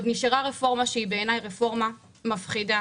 נשארה עוד רפורמה שבעיני היא רפורמה מפחידה.